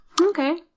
Okay